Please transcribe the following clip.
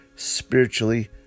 Spiritually